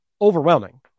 overwhelming